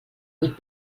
huit